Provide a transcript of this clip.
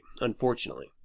unfortunately